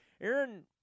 Aaron